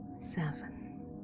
Seven